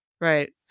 right